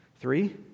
Three